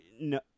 no